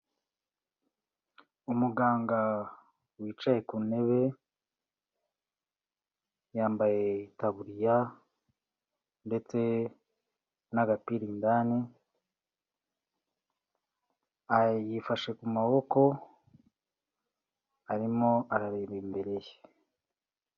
Umuganga wicaye ku ntebe, yambaye itaburiya ndetse n'agapira indani, yifashe ku maboko arimo arareba imbere ye.